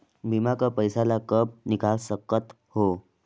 बीमा कर पइसा ला कब निकाल सकत हो?